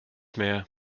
mehr